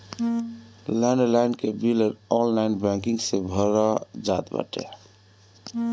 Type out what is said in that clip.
land line के bill online banking से भरा जात बाटे